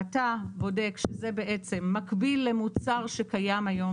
אתה בודק שזה בעצם מקביל למוצר שקיים היום